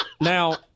Now